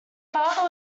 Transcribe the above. father